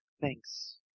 thanks